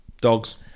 Dogs